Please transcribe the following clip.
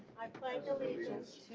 i pledge allegiance